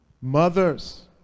mothers